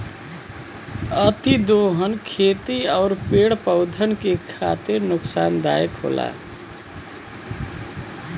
अतिदोहन खेती आउर पेड़ पौधन के खातिर नुकसानदायक होला